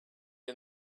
and